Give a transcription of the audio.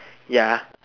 ya